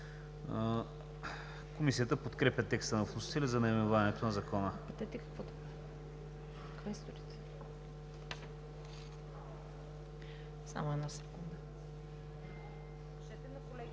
Комисията подкрепя текста на вносителя за наименованието на Закона.